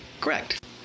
correct